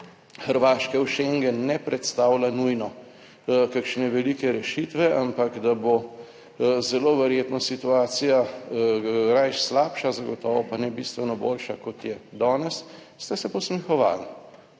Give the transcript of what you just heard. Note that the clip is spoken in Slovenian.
Hrvaške v Schengen ne predstavlja nujno kakšne velike rešitve, ampak da bo zelo verjetno situacija raje slabša, zagotovo pa ne bistveno boljša kot je dane, ste se posmehovali,